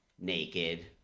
naked